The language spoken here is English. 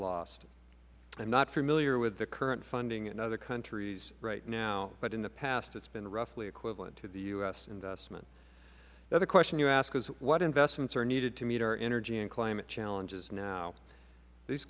lost i am not familiar with the current funding in other countries right now but in the past it has been roughly equivalent to the u s investment the other question you ask is what investments are needed to meet our energy and climate challenges now these